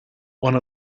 one